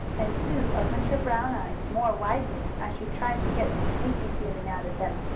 and sue opened her brown eyes more widely, as she tried to get the sleepy feeling out of them.